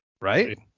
right